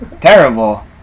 Terrible